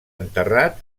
enterrat